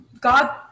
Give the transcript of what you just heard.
God